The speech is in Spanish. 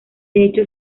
hecho